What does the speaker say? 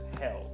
hell